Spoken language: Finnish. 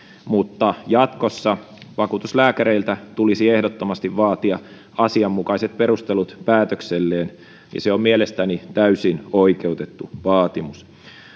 mutta jatkossa vakuutuslääkäreiltä tulisi ehdottomasti vaatia asianmukaiset perustelut päätökselleen ja se on mielestäni täysin oikeutettu vaatimus